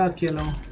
ah kill him